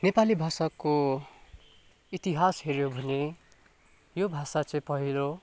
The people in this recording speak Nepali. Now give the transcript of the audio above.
नेपाली भाषाको इतिहास हेर्यौँ भने यो भाषा चाहिँ पहिलो